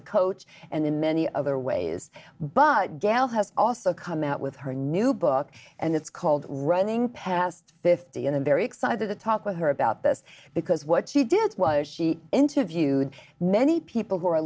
a coach and in many other ways but gal has also come out with her new book and it's called running past fifty and i'm very excited to talk with her about this because what she did was she interviewed many people who are